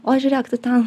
oi žiūrėk tu ten